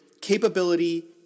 capability